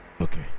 Okay